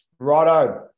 Righto